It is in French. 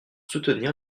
soutenir